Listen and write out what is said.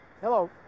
Hello